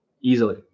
easily